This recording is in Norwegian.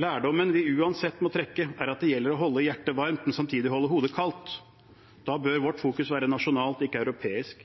Lærdommen vi uansett må trekke, er at det gjelder å holde hjertet varmt, men samtidig holde hodet kaldt. Da bør vårt fokus være nasjonalt, ikke europeisk.